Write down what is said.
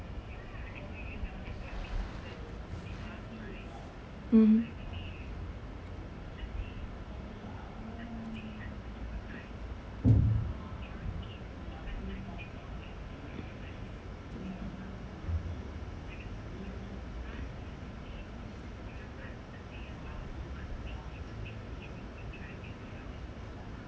mmhmm